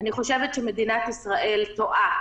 אני חושבת שמדינת ישראל טועה.